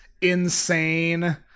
insane